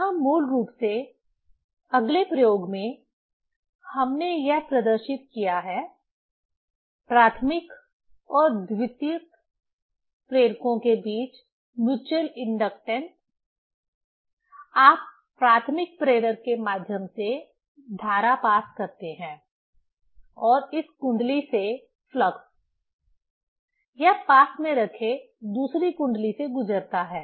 यहाँ मूल रूप से अगले प्रयोग में हमने यह प्रदर्शित किया है प्राथमिक और द्वितीयक प्रेरकों के बीच म्यूच्यूअल इंडक्टेंस आप प्राथमिक प्रेरक के माध्यम से धारा पास करते हैं और इस कुंडली से फ्लक्स यह पास में रखे दूसरी कुंडली से गुजरता है